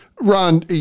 ron